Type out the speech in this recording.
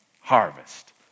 harvest